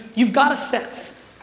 you've got a sense.